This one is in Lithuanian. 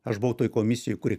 aš buvau toj komisijoj kuri